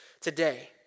today